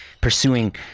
pursuing